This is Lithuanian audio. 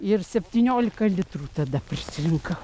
ir septyniolika litrų tada prisirinkau